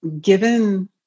Given